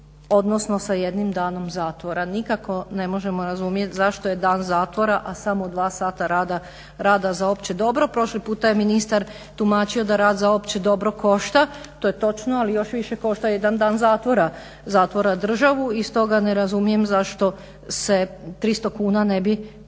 odnosno sa jednim danom zatvora. Nikako ne možemo razumjeti zašto je dan zatvora, a samo 2 sata rada za opće dobro. Prošli puta je ministar tumačio da rad za opće dobro košta, to je točno, ali još više košta jedan dan zatvora državu i stoga ne razumijem zašto se 300 kuna ne bi mijenjalo